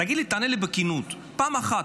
תגיד לי, תענה לי בכנות: פעם אחת